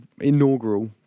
inaugural